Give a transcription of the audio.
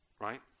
Right